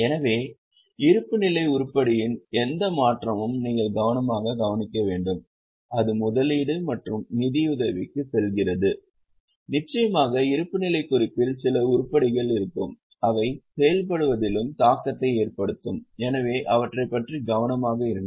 எனவே இருப்புநிலை உருப்படியின் எந்த மாற்றமும் நீங்கள் கவனமாக கவனிக்க வேண்டும் அது முதலீடு மற்றும் நிதியுதவிக்கு செல்கிறது நிச்சயமாக இருப்புநிலைக் குறிப்பில் சில உருப்படிகள் இருக்கும் அவை செயல்படுவதிலும் தாக்கத்தை ஏற்படுத்தும் எனவே அவற்றைப் பற்றி கவனமாக இருங்கள்